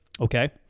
Okay